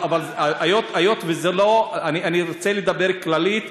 אני רוצה לדבר כללית,